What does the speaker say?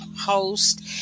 host